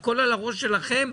הכול על הראש שלכם,